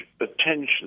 attention